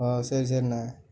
ஓ சரி சரிண்ணே